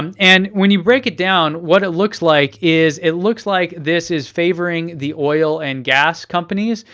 um and when you break it down, what it looks like is, it looks like this is favoring the oil and gas companies,